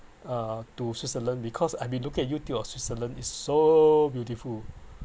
uh to switzerland because I've been looking at YouTube of switzerland is so beautiful